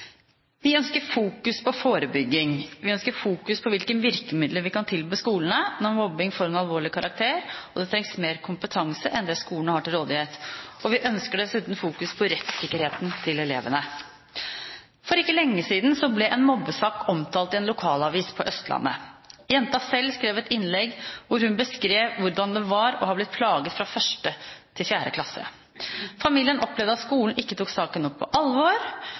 Vi ønsker fokus på forebygging, vi ønsker fokus på hvilke virkemidler vi bør tilby skolene når mobbing får en alvorlig karakter og det trengs mer kompetanse enn det skolene har til rådighet. Vi ønsker dessuten fokus på rettssikkerheten til elevene. For ikke lenge siden ble en mobbesak omtalt i en lokalavis på Østlandet. Jenta selv skrev et innlegg hvor hun beskrev hvordan det var å ha blitt plaget fra 1. til 4. klasse. Familien opplevde at skolen ikke tok saken nok på alvor.